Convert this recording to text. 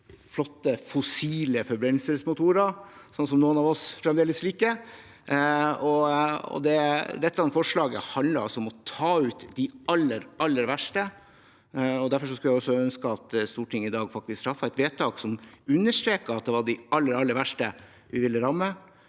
flotte fossile forbrenningsmotorer, sånne som noen av oss fremdeles liker. Dette forslaget handler altså om å ta ut de aller, aller verste. Derfor skulle jeg ønske at Stortinget i dag traff et vedtak som understreket at det er de aller, aller verste vi vil ramme,